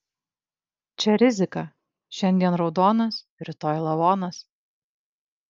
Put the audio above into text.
čia rizika šiandien raudonas rytoj lavonas